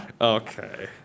Okay